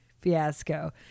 fiasco